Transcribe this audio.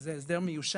שזה אמנם הסדר מיושן,